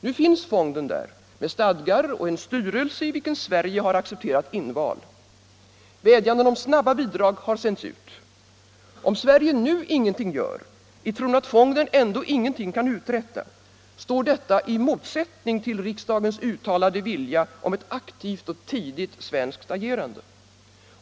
Nu finns fonden där med stadgar och en styrelse, i vilken Sverige har accepterat inval. Vädjanden om snara bidrag har sänts ut. Om Sverige nu ingenting gör i tron att fonden ändå ingenting kan uträtta, står detta i motsättning till riksdagens uttalade vilja om ett aktivt och tidigt svenskt agerande.